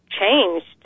changed